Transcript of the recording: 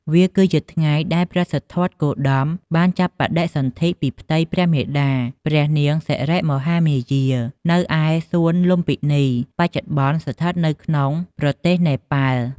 វាគឺជាថ្ងៃដែល ព្រះសិទ្ធត្ថគោតម បានចាប់បដិសន្ធិពីផ្ទៃព្រះមាតាព្រះនាងសិរិមហាមាយា នៅឯ សួនលុម្ពិនី បច្ចុប្បន្នស្ថិតនៅក្នុងប្រទេសនេប៉ាល់។